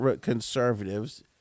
conservatives